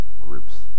groups